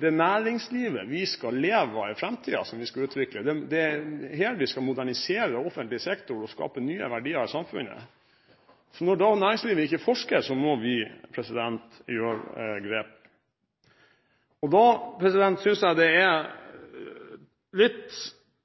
det næringslivet vi skal leve av i framtiden som vi skal utvikle. Det er her vi skal modernisere offentlig sektor og skape nye verdier i samfunnet. Når da næringslivet ikke forsker, må vi ta grep. Da synes jeg det nærmest er litt